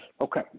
Okay